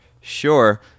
sure